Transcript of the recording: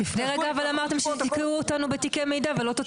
לפני רגע אמרתם אבל שתתקעו אותנו בתיקי מידע ולא תוציאו לנו תיק מידע.